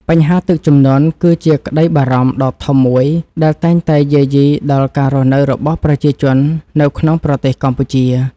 បញ្ហាទឹកជំនន់គឺជាក្តីបារម្ភដ៏ធំមួយដែលតែងតែយាយីដល់ការរស់នៅរបស់ប្រជាជននៅក្នុងប្រទេសកម្ពុជា។បញ្ហាទឹកជំនន់គឺជាក្តីបារម្ភដ៏ធំមួយដែលតែងតែយាយីដល់ការរស់នៅរបស់ប្រជាជននៅក្នុងប្រទេសកម្ពុជា។